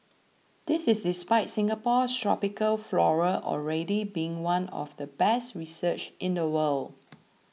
this is despite Singapore's tropical flora already being one of the best researched in the world